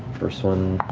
first one.